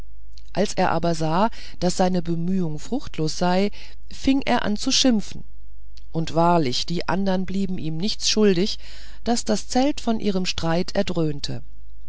als er aber sah daß seine bemühung fruchtlos sei fing er an zu schimpfen und wahrlich die andern blieben ihm nichts schuldig daß das zelt von ihrem streit erdröhnte